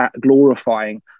glorifying